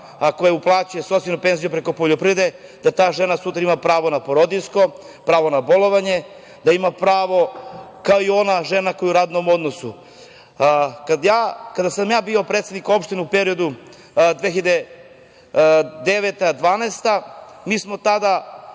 ako uplaćuje socijalno i penziju preko poljoprivrede da ta žena sutra ima pravo na porodiljsko, pravo na bolovanje, da ima pravo kao i ona žena koja je u radnom odnosu. Kada sam ja bio predsednik opštine u periodu od 2009. do